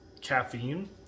caffeine